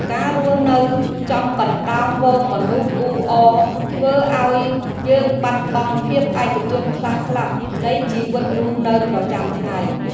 ការរស់នៅចំកណ្តាលហ្វូងមនុស្សអ៊ូអរធ្វើឱ្យយើងបាត់បង់ភាពឯកជនខ្លះៗនៃជីវិតរស់នៅប្រចាំថ្ងៃ។